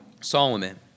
Solomon